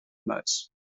muis